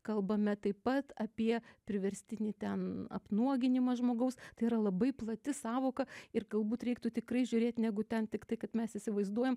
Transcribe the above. kalbame taip pat apie priverstinį ten apnuoginimą žmogaus tai yra labai plati sąvoka ir galbūt reiktų tikrai žiūrėti negu ten tiktai kad mes įsivaizduojam